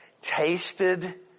tasted